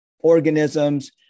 organisms